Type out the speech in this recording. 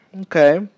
Okay